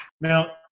Now